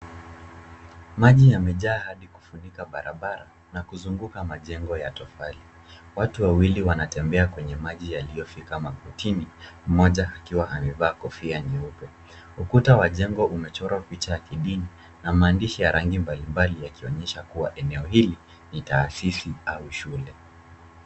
Maji yamejaa hadi kufunika barabara na kuzunguka majengo ya tofali. Watu wawili wanatembea kwenye maji yaliyofika magotini mmoja akiwa amevaa kofia nyeupe. Ukuta wa jengo umechorwa picha ya kidini na maandishi ya rangi mbalimbali yakionyesha kuwa eneo hili ni taasisi au shule.